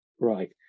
right